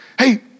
Hey